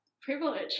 privilege